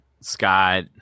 Scott